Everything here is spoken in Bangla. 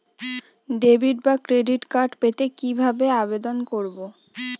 ডেবিট বা ক্রেডিট কার্ড পেতে কি ভাবে আবেদন করব?